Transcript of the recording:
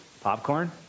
Popcorn